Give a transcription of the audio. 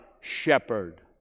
shepherd